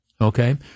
Okay